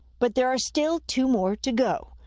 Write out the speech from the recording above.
but there are still two more to go.